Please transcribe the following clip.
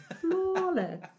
Flawless